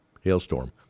Hailstorm